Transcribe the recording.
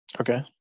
Okay